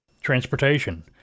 transportation